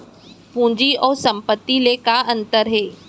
पूंजी अऊ संपत्ति ले का अंतर हे?